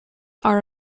are